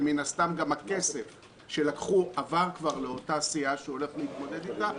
ומן הסתם גם הכסף שלקחו עבר כבר לאותה סיעה שהלכו להתמודד במסגרתה,